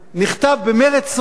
נכתב במרץ רב.